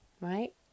right